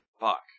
Fuck